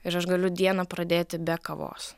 ir aš galiu dieną pradėti be kavos